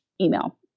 email